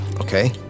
okay